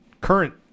current